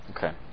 Okay